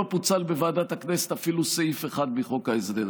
לא פוצל בוועדת הכנסת אפילו סעיף אחד מחוק ההסדרים.